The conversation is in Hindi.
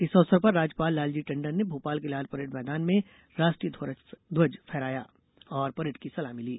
इस अवसर पर राज्यपाल लालजी टंडन ने भोपाल के लाल परेड़ मैदान में राष्ट्रीय ध्वज फहराया और परेड की सलामी ली